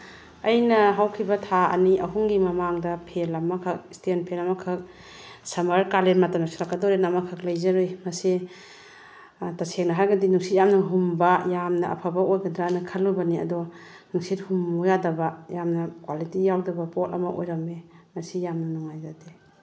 ꯑꯩꯅ ꯍꯧꯈꯤꯕ ꯊꯥ ꯑꯅꯤ ꯑꯍꯨꯝꯒꯤ ꯃꯃꯥꯡꯗ ꯐꯦꯟ ꯑꯃꯈꯛ ꯏꯁꯇꯦꯟ ꯐꯦꯟ ꯑꯃꯈꯛ ꯁꯝꯃꯔ ꯀꯥꯂꯦꯟ ꯃꯇꯝ ꯌꯧꯁꯤꯟꯂꯛꯀꯗꯧꯔꯦꯅ ꯑꯃꯈꯛ ꯂꯩꯖꯔꯨꯏ ꯃꯁꯤ ꯇꯁꯦꯡꯅ ꯍꯥꯏꯔꯒꯗꯤ ꯅꯨꯡꯁꯤꯠ ꯌꯥꯝꯅ ꯍꯨꯝꯕ ꯌꯥꯝꯅ ꯑꯐꯕ ꯑꯣꯏꯒꯗ꯭ꯔꯥꯅ ꯈꯟꯂꯨꯕꯅꯤ ꯑꯗꯣ ꯅꯨꯡꯁꯤꯠ ꯍꯨꯝꯃꯨ ꯌꯥꯗꯕ ꯌꯥꯝꯅ ꯀ꯭ꯋꯥꯂꯤꯇꯤ ꯌꯥꯎꯗꯕ ꯄꯣꯠ ꯑꯃ ꯑꯣꯏꯔꯝꯃꯦ ꯃꯁꯤ ꯌꯥꯝꯅ ꯅꯨꯡꯉꯥꯏꯖꯗꯦ